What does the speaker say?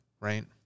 right